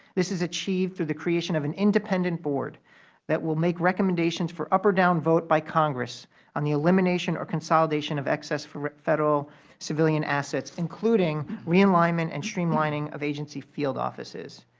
this is achieved through the creation of an independent board that will make recommendations for up or down vote by congress on the elimination or consolidation of excess federal civilian assets, including realignment and streamlining of agency field offices.